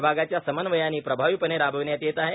विभागाच्या समन्वयांनी प्रभावीपणे राबविण्यात येत आहे